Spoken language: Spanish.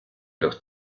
los